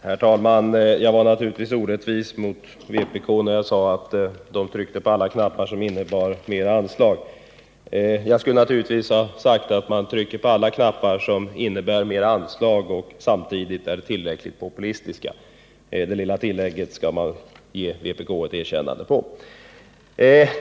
Herr talman! Jag var naturligtvis orättvis mot vpk-arna när jag sade att de trycker på alla knappar som innebär mer anslag — jag skulle naturligtvis ha sagt att de trycker på alla knappar som innebär mer anslag och samtidigt är tillräckligt populistiska. Jag erkänner att jag borde ha gjort det lilla tillägget.